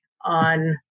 on